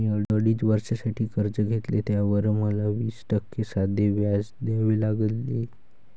मी अडीच वर्षांसाठी कर्ज घेतले, त्यावर मला वीस टक्के साधे व्याज द्यावे लागले